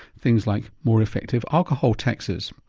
things like more effective alcohol taxes.